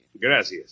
Gracias